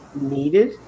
needed